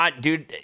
dude